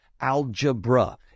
Algebra